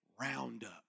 roundup